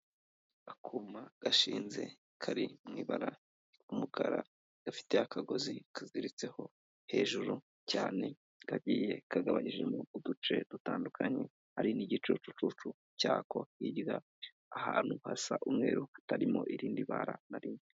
Akuma gashinze kari mu ibara ry'umukara, gafite akagozi kaziziritseho hejuru cyane, kagiye kagabanyijemo uduce dutandukanye, hari n'igicucu cyako, hirya ahantu hasa umweru hatarimo irindi bara na rimwe.